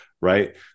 Right